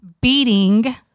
beating